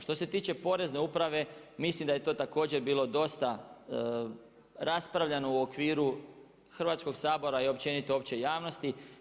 Što se tiče Porezne uprave mislim da je to također bilo dosta raspravljano u okviru Hrvatskog sabora i općenito opće javnosti.